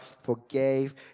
forgave